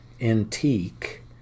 antique